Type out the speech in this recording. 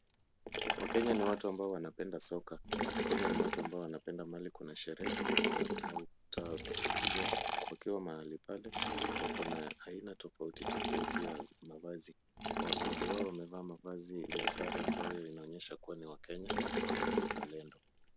Wakenya ni watu ambao wanapenda soka. Wakenya ni watu ambao wanapenda mahali kuna sherehe na wakiwa mahali pale, wako na aina tofauti tofauti ya mavazi. Wengi wao wamevaa mavazi ya sare ambayo inaonyesha wao ni wakenya na ni wazalendo.